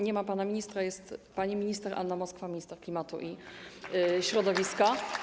Nie ma pana ministra, jest pani minister Anna Moskwa, minister klimatu i środowiska.